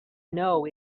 know